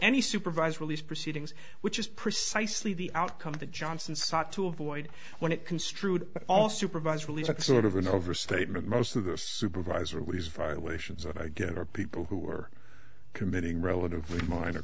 any supervised release proceedings which is precisely the outcome of the johnson sought to avoid when it construed all supervised release sort of an overstatement most of the supervisor was violations of again are people who are committing relatively minor